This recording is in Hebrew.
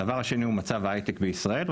הדבר השני הוא מצב ההייטק בישראל,